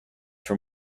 from